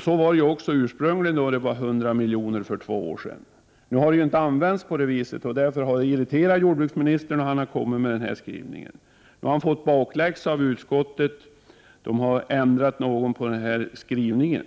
Så var det också ursprungligen. Det var 100 milj.kr. för två år sedan. Nu har ju inte detta stöd använts på det sättet. Det har irriterat jordbruksministern, och han har kommit med den här skrivningen. Nu har han fått bakläxa av utskottet, som har ändrat något på skrivningen.